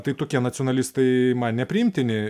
tai tokie nacionalistai man nepriimtini